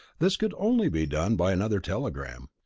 this could only be done by another telegram.